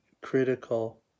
critical